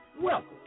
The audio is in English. Welcome